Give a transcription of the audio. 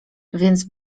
więc